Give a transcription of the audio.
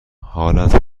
حالت